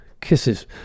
Kisses